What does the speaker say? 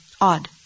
odd